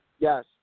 Yes